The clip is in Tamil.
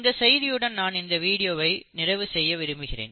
இந்த செய்தியுடன் நான் இந்த வீடியோவை நிறைவு செய்ய விரும்புகிறேன்